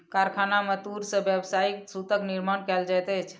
कारखाना में तूर से व्यावसायिक सूतक निर्माण कयल जाइत अछि